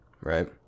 right